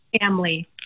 family